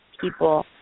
people